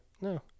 No